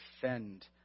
defend